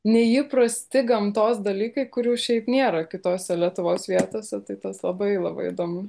neįprasti gamtos dalykai kurių šiaip nėra kitose lietuvos vietose tai tas labai labai įdomu